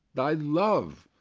thy love,